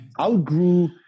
outgrew